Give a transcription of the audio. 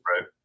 Right